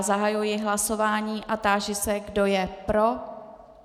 Zahajuji hlasování a táži se, kdo je pro.